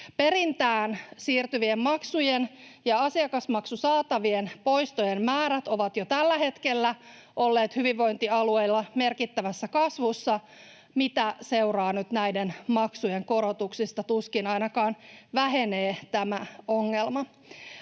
Perintään siirtyvien maksujen ja asiakasmaksusaatavien poistojen määrät ovat jo tällä hetkellä olleet hyvinvointialueilla merkittävässä kasvussa. Mitä seuraa nyt näiden maksujen korotuksesta? Tuskin ainakaan vähenee tämä ongelma.